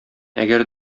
әгәр